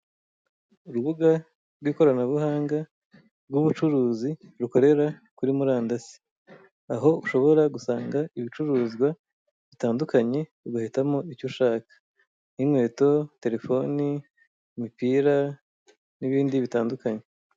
Urubuga rw'ikoranabuhanga rw'ubucuruzi rukorera kuri murandasi, aho ushobora gusanga ibicuruzwa bitandukanye ugahitamo icyo ushaka nk'inkweto, terefoni, imipira n'ibindi bitandukanye.